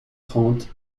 trente